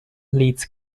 leeds